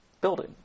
building